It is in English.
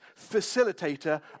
facilitator